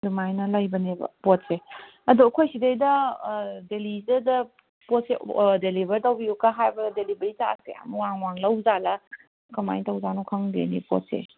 ꯑꯗꯨꯃꯥꯏꯅ ꯂꯩꯕꯅꯦꯕ ꯄꯣꯠꯁꯦ ꯑꯗꯣ ꯑꯩꯈꯣꯏ ꯁꯤꯗꯩꯗ ꯗꯦꯜꯂꯤꯗꯗ ꯄꯣꯠꯁꯦ ꯗꯦꯂꯤꯚꯔ ꯇꯧꯕꯤꯌꯨꯒ ꯍꯥꯏꯕ ꯗꯦꯂꯤꯚꯔꯤ ꯆꯥꯔꯆꯁꯦ ꯌꯥꯝ ꯋꯥꯡ ꯋꯥꯡ ꯂꯧꯖꯥꯠꯂ ꯀꯃꯥꯏ ꯇꯧꯖꯥꯠꯅꯣ ꯈꯪꯗꯦꯅꯦ ꯄꯣꯠꯁꯦ